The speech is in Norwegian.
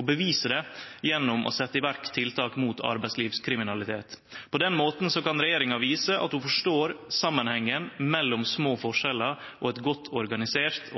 og bevise det gjennom å setje i verk tiltak mot arbeidslivskriminalitet. På den måten kan regjeringa vise at den forstår samanhengen mellom små forskjellar og eit godt organisert